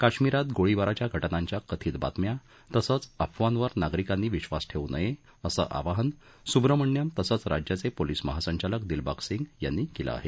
काश्मिरात गोळीबाराच्या घटनांच्या कथित बातम्या तसंच अफवावर नागरिकांनी विश्वास ठेवू नये असं आवाहन सुब्रमण्यम तसंच राज्याचे पोलिस महासंचालक दिलबाग सिंग यांनी केलं आहे